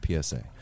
PSA